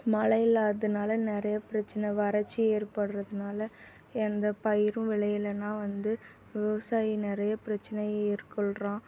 மழை இல்லாததனால நிறைய பிரச்சனை வறட்சி ஏற்படுறதுனால எந்த பயிரும் விளையலேனா வந்து விவசாயி நிறைய பிரச்சனையை ஏற்கொள்கிறான்